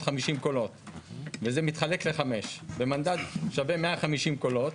קולות וזה מתחלק ל-5 ומנדט שווה 150 קולות,